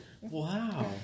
Wow